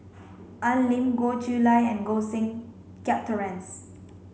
Al Lim Goh Chiew Lye and Koh Seng Kiat Terence